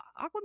Aquaman